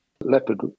leopard